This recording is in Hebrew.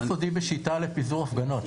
מה סודי בשיטה לפיזור הפגנות?